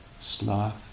sloth